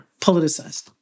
politicized